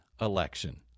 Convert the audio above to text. election